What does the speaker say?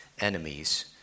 enemies